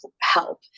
help